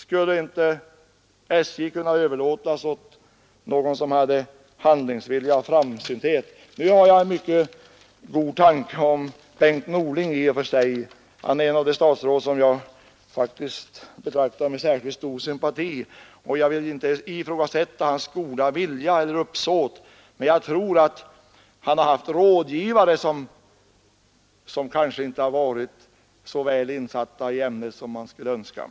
Skulle inte SJ kunna överlåtas åt någon som hade handlingsvilja och framsynthet? Nu har jag i och för sig en mycket god tanke om Bengt Norling — han är ett av de statsråd som jag faktiskt betraktar med särskilt stor sympati, och jag vill inte ifrågasätta hans goda vilja eller uppsåt. Men jag tror att han haft rådgivare som kanske inte varit så väl insatta i ämnet som man skulle ha önskat.